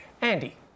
Andy